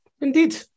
Indeed